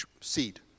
Seed